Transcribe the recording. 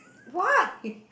why